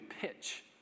pitch